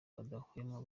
badahwema